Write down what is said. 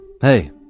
Hey